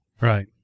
Right